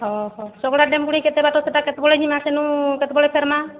ହଉ ହଉ ସଗୁଡ଼ା ଡେମ୍ ପୁଣି କେତେ ବାଟ ସେଇଟା କେତେବେଳେ ଜିମା ସେନୁ କେତେବେଳେ ଫେର୍ମା